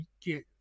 get